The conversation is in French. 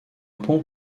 pont